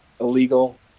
illegal